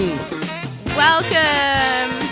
welcome